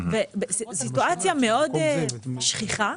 סיטואציה מאוד שכיחה,